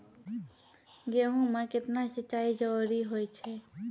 गेहूँ म केतना सिंचाई जरूरी होय छै?